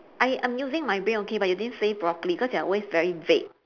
I I'm using my brain okay but you didn't say properly because you are always very vague